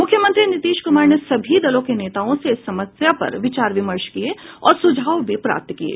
मुख्यमंत्री नीतीश कुमार ने सभी दलों के नेताओं से इस समस्या पर विचार विमर्श किये और सुझाव भी प्राप्त किये